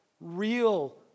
real